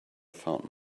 found